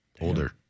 Older